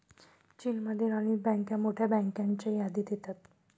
चीनमधील अनेक बँका मोठ्या बँकांच्या यादीत येतात